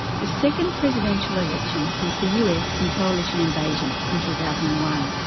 the second presidential election since the us and coalition invasion in two thousand and one.